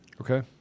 Okay